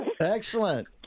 Excellent